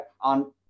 on